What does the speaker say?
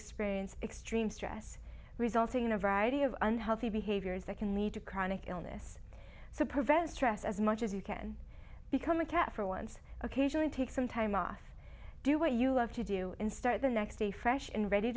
experience extreme stress resulting in a variety of unhealthy behaviors that can lead to chronic illness so prevent stress as much as you can become a cat for once occasion and take some time off do what you love to do in start the next day fresh and ready